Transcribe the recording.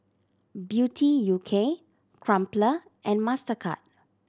Beauty U K Crumpler and Mastercard